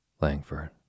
Langford